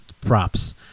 props